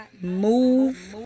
move